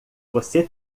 você